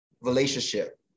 relationship